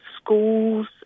schools